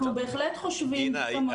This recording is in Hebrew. אנחנו בהחלט חושבים כמוך,